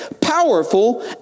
powerful